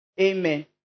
Amen